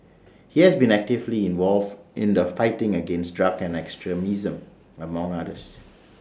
he has been actively involved in the fight against drugs and extremism among others